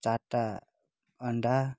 चारवटा अन्डा